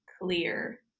clear